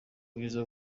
bwiza